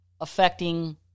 affecting